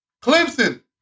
Clemson